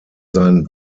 sein